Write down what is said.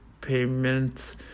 payments